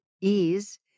Ease